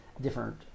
different